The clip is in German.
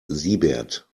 siebert